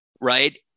right